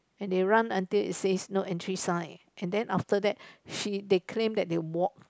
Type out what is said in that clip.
and they run until it says no entry sign and then after that she they claim that they walk